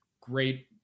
great